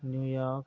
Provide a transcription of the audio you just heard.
New York